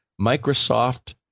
Microsoft